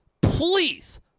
please